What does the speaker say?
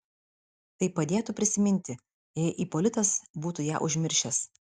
tai padėtų prisiminti jei ipolitas būtų ją užmiršęs